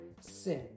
sin